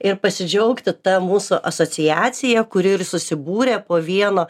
ir pasidžiaugti ta mūsų asociacija kuri ir susibūrė po vieno